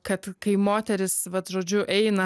kad kai moteris vat žodžiu eina